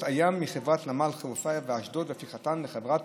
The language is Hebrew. הים מחברות נמל חיפה ואשדוד והפיכתן לחברות